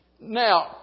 Now